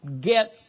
get